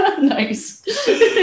nice